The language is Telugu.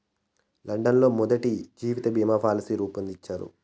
లండన్ లో మొదటి జీవిత బీమా పాలసీ రూపొందించారు